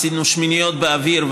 עשינו שמיניות באוויר,